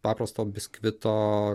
paprasto biskvito